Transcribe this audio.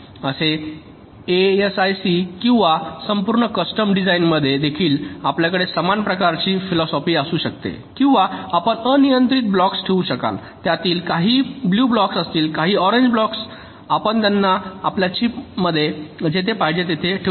असो एएसआयसीमध्ये किंवा संपूर्ण कस्टम डिझाइनमध्ये देखील आपल्याकडे समान प्रकारची फिलॉसॉफी असू शकते किंवा आपण अनियंत्रित ब्लॉक्स ठेवू शकता त्यातील काही ब्लू ब्लॉक्स त्यातील काही ऑरेंज ब्लॉक्स आपण त्यांना आपल्या चिपमध्ये जेथे पाहिजे तेथे ठेवू शकता